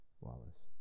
Wallace